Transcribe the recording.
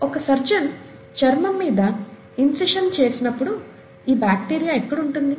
ఒక సర్జన్ చర్మం మీద ఇన్సిషన్ చేసినప్పుడు ఈ బాక్టీరియా ఎక్కడ ఉంటుంది